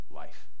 life